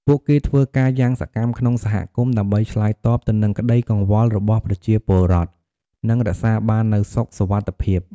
ពួកគេធ្វើការយ៉ាងសកម្មក្នុងសហគមន៍ ដើម្បីឆ្លើយតបទៅនឹងក្តីកង្វល់របស់ប្រជាពលរដ្ឋ និងរក្សាបាននូវសុខសុវត្ថិភាព។